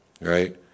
Right